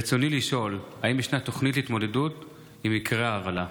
ברצוני לשאול: האם ישנה תוכנית להתמודדות עם מקרי ההרעלה?